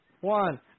one